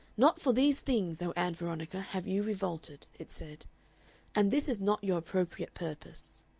not for these things, o ann veronica, have you revolted, it said and this is not your appropriate purpose.